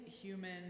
human